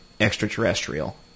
extraterrestrial